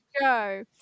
go